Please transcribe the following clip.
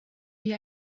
wie